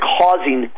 causing